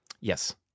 Yes